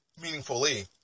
meaningfully